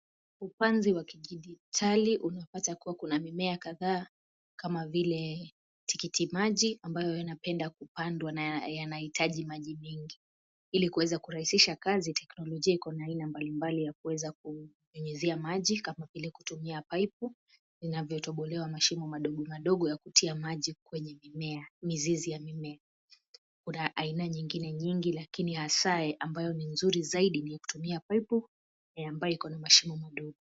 Upanzi wa kidijitali. Unapata kuwa Kuna mimea kadhaa kama vile tikiti maji ambayo yanapenda kupandwa na yanahitaji maji mingi. Ili kuweza kurahisisha kazi, teknolojia Iko na aina mbalimbali ya kuweza kunyunyizia maji kama vile, kutumia paipu inavyotobolewa mashimo madogo madogo ya kutia maji kwenye mimea, mizizi ya mimea. Kuna aina nyingine nyingi lakini hasaa ambayo ni nzuri zaidi ni kutumia paipu ambayo iko na mashimo madogo.